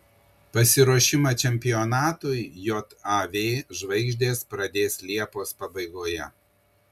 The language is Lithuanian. pasiruošimą čempionatui jav žvaigždės pradės liepos pabaigoje